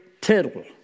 tittle